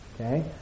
okay